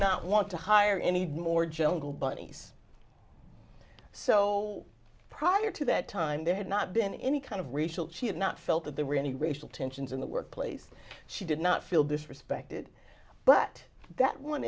not want to hire any more jungle bunnies so prior to that time they had not been any kind of racial she had not felt that there were any racial tensions in the workplace she did not feel disrespected but that one